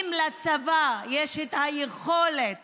אם לצבא יש את היכולת